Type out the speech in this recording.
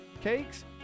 cakes